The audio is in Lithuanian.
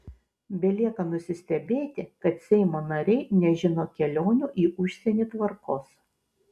belieka nusistebėti kad seimo nariai nežino kelionių į užsienį tvarkos